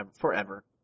forever